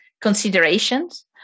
considerations